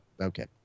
okay